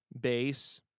base